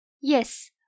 Yes